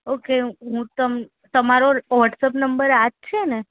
okay હું તમ તમારો વોટસપ નંબર આજ છે ને